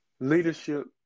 Leadership